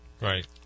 Right